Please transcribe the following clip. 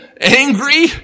angry